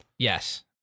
Yes